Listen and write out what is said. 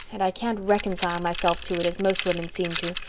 and i can't reconcile myself to it as most women seem to.